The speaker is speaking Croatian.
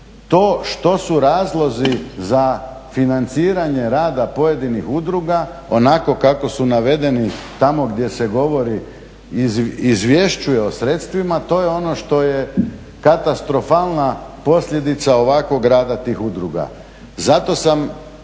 To što su razlozi za financiranje rada pojedinih udruga onako kako su navedeni tamo gdje se govori i izvješćuje o sredstvima, to je ono što je katastrofalna posljedica ovakvog rada tih udruga.